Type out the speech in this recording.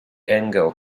engel